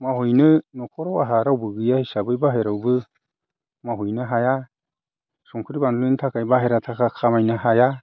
मावहैनो न'खराव आहा रावबो गैया हिसाबै बाहेरायावबो मावहैनो हाया संख्रि बानलुनि थाखाय बाहेरा थाखा खामायनो हाया